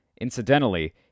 Incidentally